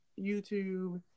YouTube